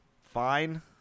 Fine